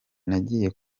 nagiye